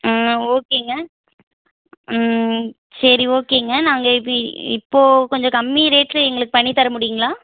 ஆ ஓகேங்க ம் சரி ஓகேங்க நாங்கள் இப்பிடி இப்போது கொஞ்சம் கம்மி ரேட்டில் எங்களுக்கு பண்ணித் தர முடியுங்களா